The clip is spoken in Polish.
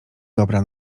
dobra